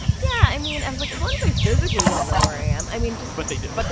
yeah, i mean, i was like, as long as they physically don't know where i am. i mean, just but they do